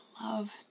love